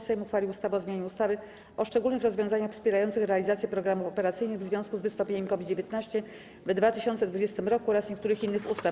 Sejm uchwalił ustawę o zmianie ustawy o szczególnych rozwiązaniach wspierających realizację programów operacyjnych w związku z wystąpieniem COVID-19 w 2020 r. oraz niektórych innych ustaw.